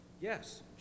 Yes